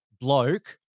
bloke